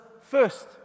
first